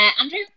Andrew